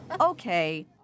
Okay